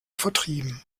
vertrieben